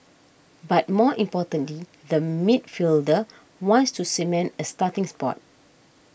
but more importantly the midfielder wants to cement a starting spot